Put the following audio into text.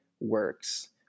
works